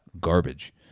Garbage